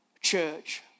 church